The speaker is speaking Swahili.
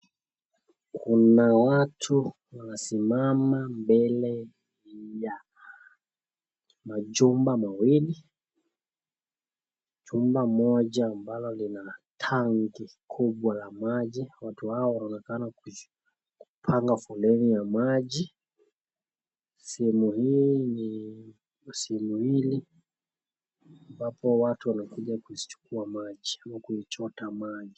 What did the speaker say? Kuna watu wanasimama mbele ya majumba mawili. Jumba moja ambalo lina tangi kubwa la maji. Watu hawa wanaonekana kupanga foleni ya maji. Sehemu hii ni sehemu hili ambapo watu wanakuja kuzichukua maji ama kuichota maji.